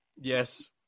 Yes